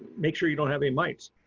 make sure you don't have any mites.